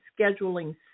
scheduling